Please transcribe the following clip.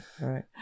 right